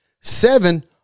Seven